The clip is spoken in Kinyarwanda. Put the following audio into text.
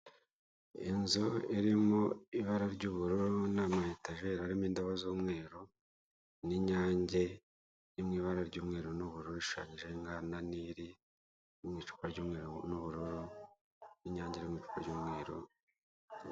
Iyi nzu irimo ibara ry'uburu n'ama etajeri arimo indobo z'umweru, n'inyange iri mu ibara ry'umweru n'ubururu ishushanyijeho inka na nili iri mu icupa ry'umweru n'ubururu, n'inyange iri mu icupa ry'umweru.